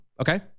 Okay